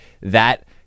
That-